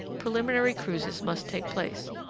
preliminary cruises must take place,